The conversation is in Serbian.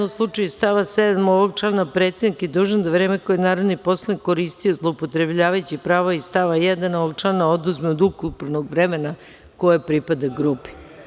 Znači, ako je sve zajedno u slučaju stava 7. ovog člana predsedik je dužan da vreme koje narodni poslanik koristio zloupotrebljavajući pravo iz stava 1. ovog člana oduzme od ukupnog vremena koje pripada grupi.